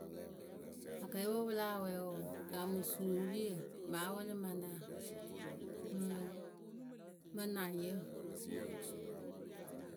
Akɛɛpǝ we pɨ láa wɛɛ wǝǝ pɨ kaamɨ suririyǝ mɨ awɩlɩmanaa mɨ mɨ naŋyǝ.